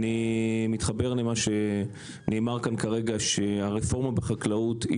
אני מתחבר למה שנאמר כאן כרגע שהרפורמה בחקלאות היא